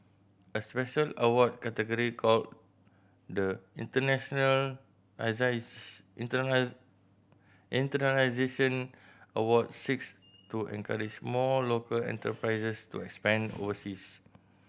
a special award category called the Internalization Award seeks to encourage more local enterprises to expand overseas